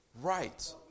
Right